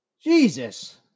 Jesus